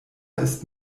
ist